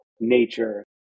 nature